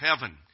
heaven